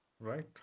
right